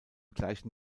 gleichen